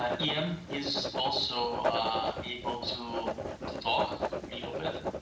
ah yeah is also able to to talk a little bit.